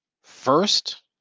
First